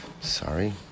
Sorry